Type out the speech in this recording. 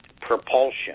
propulsion